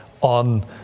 on